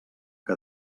que